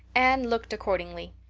anne looked accordingly.